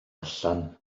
allan